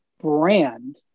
brand